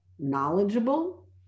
knowledgeable